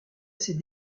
ses